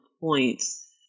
points